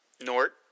Nort